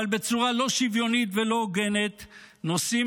אבל בצורה לא שוויונית ולא הוגנת נושאים